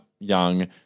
Young